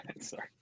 Sorry